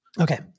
Okay